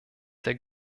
der